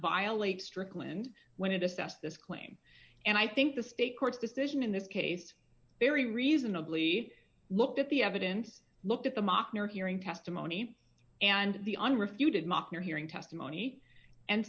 violate strickland when it assessed this claim and i think the state court's decision in that case very reasonably looked at the evidence looked at the mosque near hearing testimony and the unrefuted mock your hearing testimony and